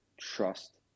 trust